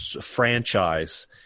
franchise